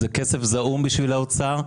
זה כסף זעום בשביל האוצר,